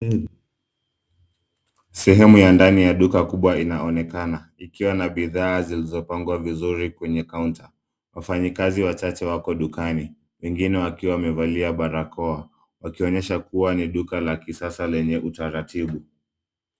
Sehemu ya ndani ya duka kubwa inaonekana, ikiwa na bidhaa zilizopangwa vizuri kwenye kaunta. Wafanyakazi wachache wako dukani, wengine wakiwa wamevalia barakoa, wakionyesha kuwa ni duka la kisasa lenye utaratibu.